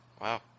Wow